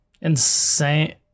insane